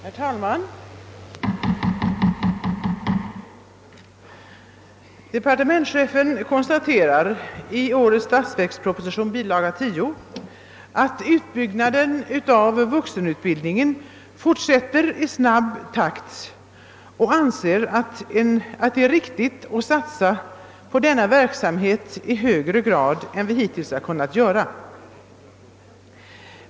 Herr talman! Departementschefen konstaterar i årets statsverksproposition, bilaga 10, att utbyggnaden av vuxenutbildningen fortsätter i snabb takt och anser det riktigt att i högre grad än hittills varit möjligt satsa på denna verksamhet.